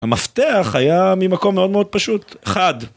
המפתח היה ממקום מאוד מאוד פשוט, חד.